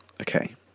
Okay